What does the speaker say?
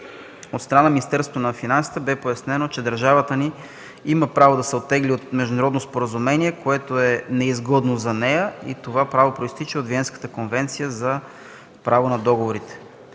От страна на Министерството на финансите бе пояснено, че държавата ни има право да се оттегли от международно споразумение, което е неизгодно за нея, и това право произтича от Виенската конвенция за правото на договорите.